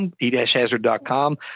e-hazard.com